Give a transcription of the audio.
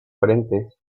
frentes